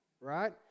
right